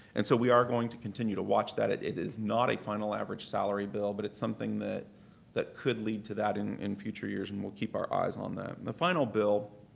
and so we are going to continue to watch that. it it is not a final average salary bill but it's something that that could lead to that in in future years and we'll keep our eyes on that. the final bill,